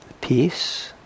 peace